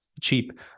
Cheap